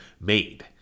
made